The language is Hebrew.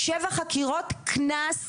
שבע חקירות קנס אחד.